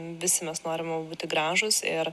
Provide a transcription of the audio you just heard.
visi mes norime būti gražūs ir